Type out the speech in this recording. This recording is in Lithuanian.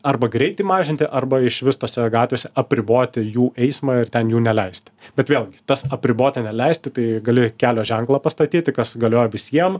arba greitį mažinti arba išvis tose gatvėse apriboti jų eismą ir ten jų neleisti bet vėlgi tas apriboti neleisti tai gali kelio ženklą pastatyti kas galioja visiem